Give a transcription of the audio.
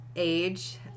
age